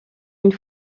une